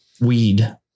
weed